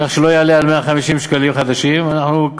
כך שלא יעלה על 150 שקלים חדשים" אנחנו,